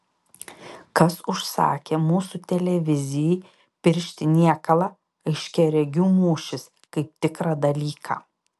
kas užsakė mūsų televizijai piršti niekalą aiškiaregių mūšis kaip tikrą dalyką